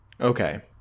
okay